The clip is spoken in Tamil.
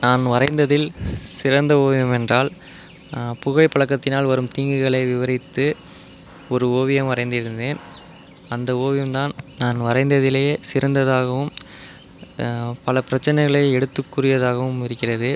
நான் வரைந்ததில் சிறந்த ஓவியம் என்றால் புகை பழக்கத்தினால் வரும் தீங்குகளை விவரித்து ஒரு ஓவியம் வரைந்திருந்தேன் அந்த ஓவியம் தான் நான் வரைந்ததிலேயே சிறந்ததாகவும் பல பிரச்சினைகளை எடுத்துக் கூறியதாகவும் இருக்கிறது